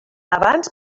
abans